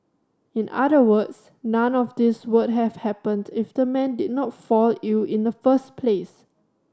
in other words none of these would have happened if the man did not fall ill in the first place